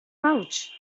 pouch